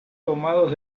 tomados